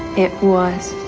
it was,